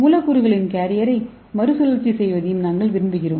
மூலக்கூறுகளில் கேரியரை மறுசுழற்சி செய்வதையும் நாங்கள் விரும்புகிறோம்